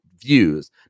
views